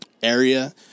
area